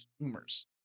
consumers